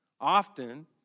Often